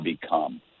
become